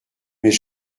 mais